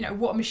what.